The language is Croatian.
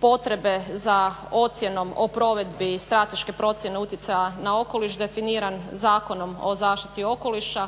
potrebe za ocjenom o provedbi strateške procjene utjecaja na okoliš definiran Zakonom o zaštiti okoliša